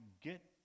get